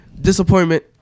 disappointment